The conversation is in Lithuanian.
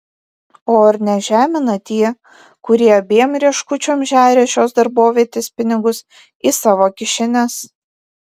o ar nežemina tie kurie abiem rieškučiom žeria šios darbovietės pinigus į savo kišenes